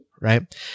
right